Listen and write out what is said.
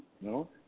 no